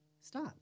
stop